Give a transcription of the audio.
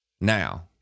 now